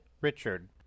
Richard